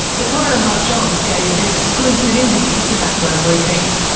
the coroner mark johns gave an exclusive interview to background briefing.